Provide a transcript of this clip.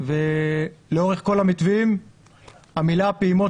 ולאורך כל המתווים המילים 'פעימות